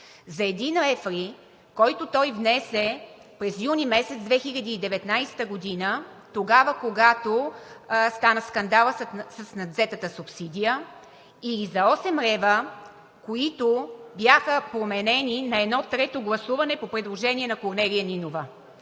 за 1 лв. ли, който той внесе през юни месец 2019 г., когато стана скандалът с надвзетата субсидия, или за 8 лв., които бяха променени на едно трето гласуване по предложение на Корнелия Нинова